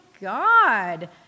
god